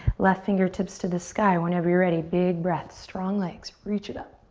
left fingertips to the sky whenever you're ready. big breaths, strong, like so reach it up.